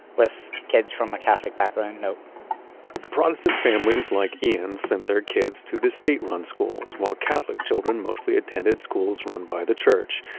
with kids from a catholic background. nope protestant families like ian's, sent their kids to the state-run schools, while catholic children, mostly attended schools run by the church.